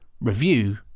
review